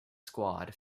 squad